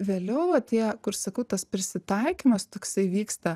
vėliau va tie kur sakau tas prisitaikymas toksai vyksta